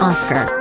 Oscar